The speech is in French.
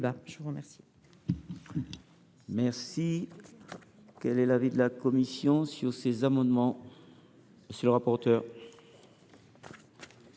Je vous remercie